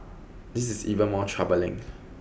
this is even more troubling